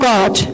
God